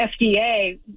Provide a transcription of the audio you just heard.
FDA